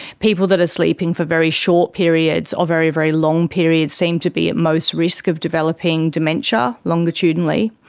people that are sleeping for very short periods or very, very long periods seem to be at most risk of developing dementia, longitudinally.